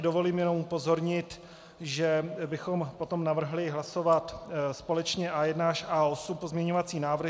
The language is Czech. Dovolím si tedy jenom upozornit, že bychom potom navrhli hlasovat společně A1 až A8, pozměňovací návrhy.